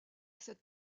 cette